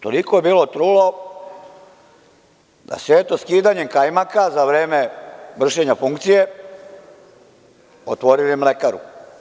Toliko je bilo trulo da su eto skidanjem kajmaka za vreme vršenja funkcije otvorili je mlekaru.